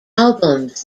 albums